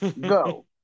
Go